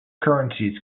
currencies